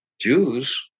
jews